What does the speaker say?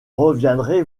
reviendrai